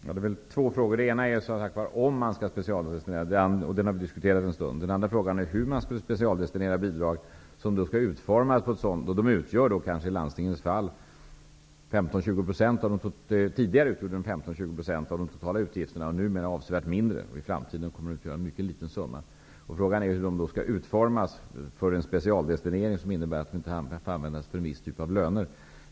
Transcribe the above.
Herr talman! Det är två frågor. Den ena är om man skall specialdestinera, och den har vi diskuterat. Den andra är hur man skulle specialdestinera bidrag som i landstingens fall tidigare utgjorde 15-- 20 % av de totala utgifterna, numera avsevärt mindre och som i framtiden kommer att utgöra bara en mycket liten summa. Frågan är om bidragen skall utformas för en specialdestinering, som innebär att de inte får användas till en viss typ av löner.